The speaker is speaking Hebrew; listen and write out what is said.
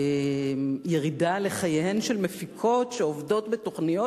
ירידה לחייהן של מפיקות שעובדות בתוכניות